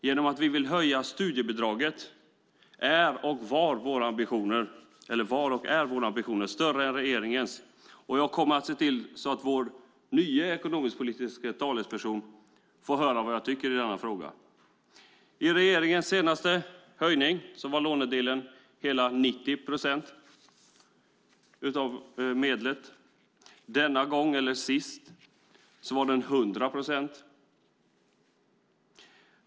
Genom att vi vill höja studiebidraget är våra ambitioner större än regeringens, och jag kommer att se till att vår nya ekonomisk-politiska talesperson får höra vad jag tycker i denna fråga. När regeringen senast höjde studiemedlet låg 90 procent av höjningen på lånedelen. Denna gång är det 100 procent.